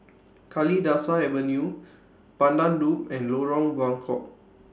Kalidasa Avenue Pandan Loop and Lorong Buangkok